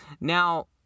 Now